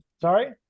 Sorry